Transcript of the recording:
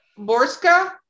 Borska